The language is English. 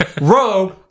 rogue